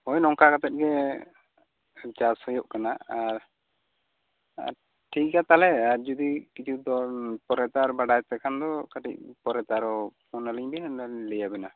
ᱦᱳᱭ ᱱᱚᱝᱠᱟ ᱠᱟᱛᱮᱫ ᱜᱮ ᱪᱟᱥ ᱦᱳᱭᱳᱜ ᱠᱟᱱᱟ ᱟᱨ ᱟᱨ ᱴᱷᱤᱠ ᱜᱮᱭᱟ ᱛᱟᱦᱚᱞᱮ ᱟᱨ ᱡᱩᱫᱤ ᱠᱤᱪᱷᱩ ᱫᱚ ᱯᱚᱨᱮ ᱛᱮ ᱵᱟᱰᱟᱭ ᱛᱮᱠᱷᱟᱱ ᱫᱚ ᱠᱟᱹᱴᱤᱡ ᱯᱚᱨᱮᱛᱮ ᱟᱨᱦᱚᱸ ᱯᱷᱳᱱ ᱟᱹᱞᱤᱧᱵᱤᱱ ᱞᱟᱹᱭ ᱟᱵᱤᱱᱟ